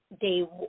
Day